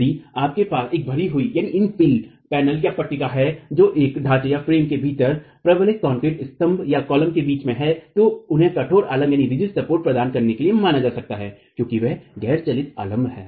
यदि आपके पास एक भरी हुई इन्फिल पट्टिकापैनल है जो एक ढाचेफ्रेम के भीतर प्रबलित कंक्रीट स्तंभकॉलम के बीच में है तो उन्हें कठोर आलम्ब प्रदान करने के लिए माना जा सकता है क्योंकि वे गैर चलती आलम्ब हैं